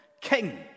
king